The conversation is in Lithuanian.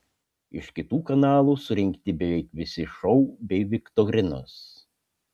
iš kitų kanalų surinkti beveik visi šou bei viktorinos